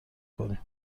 کنیم